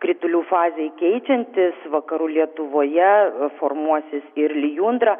kritulių fazei keičiantis vakarų lietuvoje formuosis ir lijundra